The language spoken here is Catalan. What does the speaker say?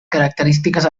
característiques